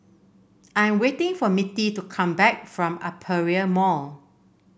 I'm waiting for Mittie to come back from Aperia Mall